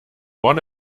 one